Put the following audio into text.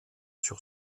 sur